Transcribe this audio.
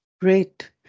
Great